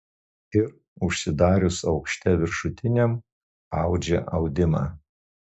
ir užsidarius aukšte viršutiniam audžia audimą